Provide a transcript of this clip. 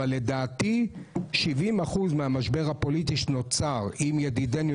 אבל לדעתי 70% מהמשבר הפוליטי שנוצר עם ידידנו,